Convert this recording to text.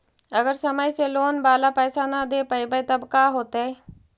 अगर समय से लोन बाला पैसा न दे पईबै तब का होतै?